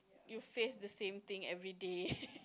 you face the same thing everyday